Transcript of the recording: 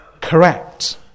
correct